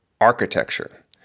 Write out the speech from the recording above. architecture